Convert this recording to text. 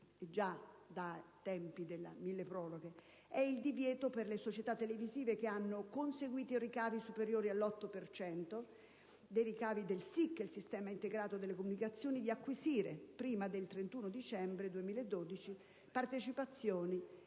il divieto per le società televisive che hanno conseguito ricavi superiori all'8 per cento del valore economico del sistema integrato delle comunicazioni di acquisire, prima del 31 dicembre 2012, partecipazioni